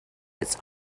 its